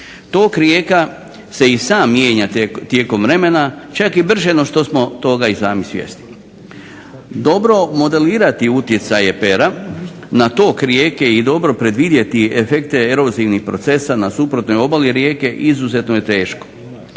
Tok rijeka se i sam mijenja tijekom vremena, čak i brže no što smo toga i sami svjesni. Dobro modelirati utjecaje pera na tok rijeke i dobro predvidjeti efekte erozivnih procesa na suprotnoj obali rijeke izuzetno je teško.